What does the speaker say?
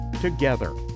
together